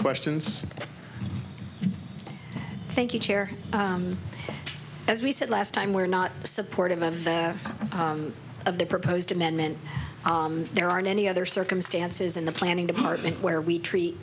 questions thank you chair as we said last time we're not supportive of the of the proposed amendment there aren't any other circumstances in the planning department where we treat